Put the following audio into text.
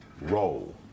roll